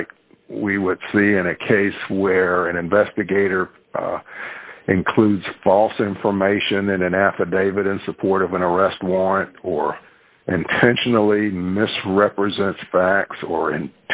like we would see in a case where an investigator includes false information in an affidavit in support of an arrest warrant or intentionally misrepresent facts or